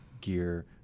gear